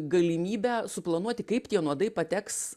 galimybę suplanuoti kaip tie nuodai pateks